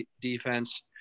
defense